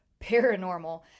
paranormal